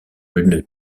une